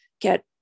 get